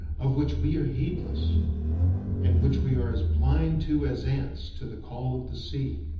of which we are heedless and which we are as blind to as ants to the call of the sea.